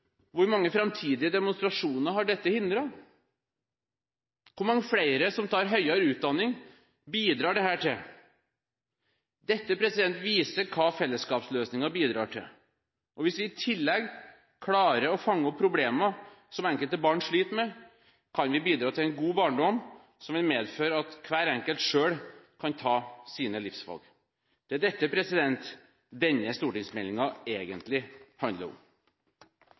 hvor mange framtidige demonstrasjoner dette har hindret. Hvor mange flere som tar høyere utdanning, bidrar dette til? Dette viser hva fellesskapsløsninger bidrar til. Hvis vi i tillegg klarer å fange opp problemer som enkelte barn sliter med, kan vi bidra til en god barndom som vil medføre at hver enkelt selv kan ta sine livsvalg. Det er dette denne stortingsmeldingen egentlig handler om.